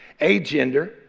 agender